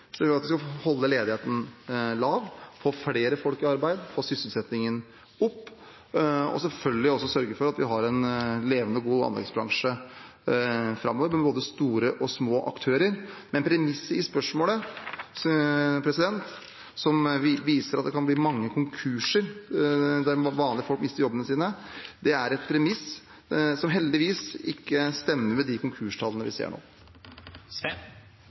at vi skal holde ledigheten lav, få flere folk i arbeid, få sysselsettingen opp og selvfølgelig også sørge for at vi har en levende og god anleggsbransje framover, med både store og små aktører. Premisset i spørsmålet, som viser at det kan bli mange konkurser der vanlige folk mister jobbene sine, er et premiss som heldigvis ikke stemmer med de konkurstallene vi ser nå.